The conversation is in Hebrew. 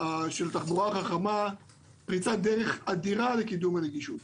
של תחבורה חכמה פריצת דרך אדירה לקידום הנגישות.